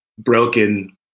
Broken